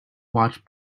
watch